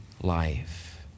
life